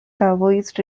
taoist